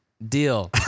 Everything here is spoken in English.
Deal